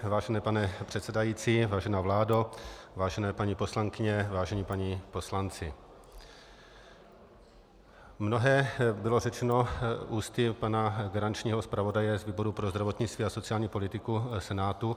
Vážený pane předsedající, vážená vládo, vážené paní poslankyně, vážení páni poslanci, mnohé bylo řečeno ústy pana garančního zpravodaje z výboru pro zdravotnictví a sociální politiku Senátu.